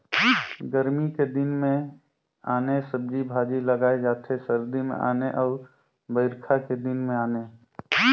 गरमी के दिन मे आने सब्जी भाजी लगाए जाथे सरदी मे आने अउ बइरखा के दिन में आने